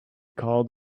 called